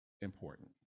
important